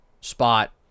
spot